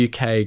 UK